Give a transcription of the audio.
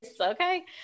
okay